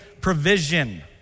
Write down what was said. provision